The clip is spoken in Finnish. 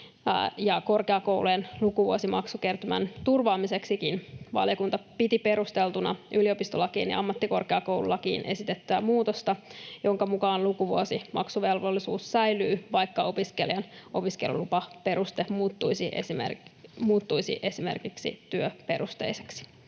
korkeakoulujen lukuvuosimaksukertymän turvaamiseksikin valiokunta piti perusteltuna yliopistolakiin ja ammattikorkeakoululakiin esitettyä muutosta, jonka mukaan lukuvuosimaksuvelvollisuus säilyy, vaikka opiskelijan lupaperuste muuttuisi esimerkiksi työperusteiseksi.